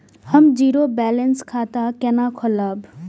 हम zero balance खाता केना खोलाब?